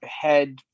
head